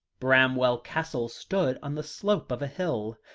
bramwell castle stood on the slope of a hill,